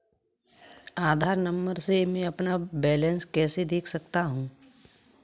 आधार number से मैं अपना बैलेंस कैसे देख सकता हूँ?